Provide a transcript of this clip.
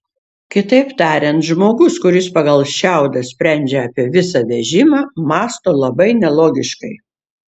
kitaip tariant žmogus kuris pagal šiaudą sprendžia apie visą vežimą mąsto labai nelogiškai